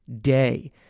day